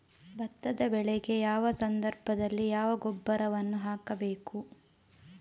ಭತ್ತದ ಬೆಳೆಗೆ ಯಾವ ಸಂದರ್ಭದಲ್ಲಿ ಯಾವ ಗೊಬ್ಬರವನ್ನು ಹಾಕಬೇಕು?